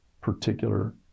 particular